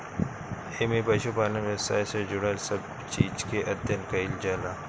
एमे पशुपालन व्यवसाय से जुड़ल सब चीज के अध्ययन कईल जाला